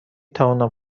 توانم